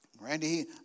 Randy